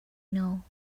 know